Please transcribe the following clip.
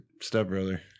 stepbrother